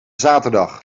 zaterdag